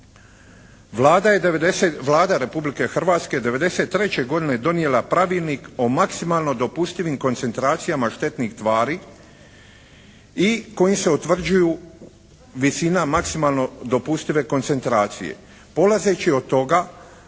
Vlada Republike Hrvatske je 1993. godine donijela pravilnik o maksimalno dopustivim koncentracijama štetnih tvari i kojim se utvrđuju visina maksimalno dopustive koncentracije. Polazeći od toga